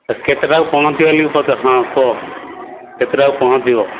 କେତେଟାକୁ କୁହ କେତେଟାକୁ ପହଞ୍ଚିବ